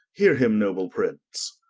heare him noble prince